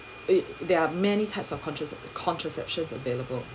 it there are many types of contra~ contraception available